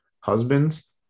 Husbands